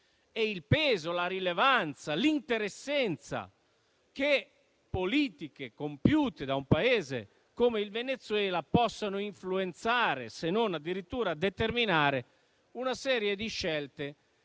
e il peso, la rilevanza, l'interessenza delle politiche compiute dal Venezuela, che possono influenzare, se non addirittura determinare, una serie di scelte